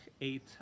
eight